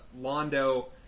Londo